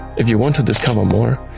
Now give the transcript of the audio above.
if you want to discover more,